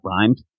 rhymed